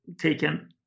taken